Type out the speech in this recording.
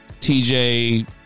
TJ